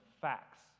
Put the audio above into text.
facts